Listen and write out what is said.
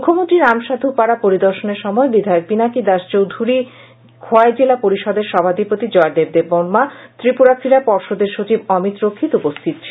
মুখ্যমন্ত্রীর রামসাধুপাডা পরিদর্শনের সময় বিধায়ক পিনাকী দাস চৌধুরী খোয়াই জিলা পরিষদের সভাধিপতি জয়দেব দেববর্মা ত্রিপুৱা ক্রীড়া পর্ষদের সচিব অমিত রক্ষিত উপস্হিত ছিলেন